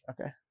okay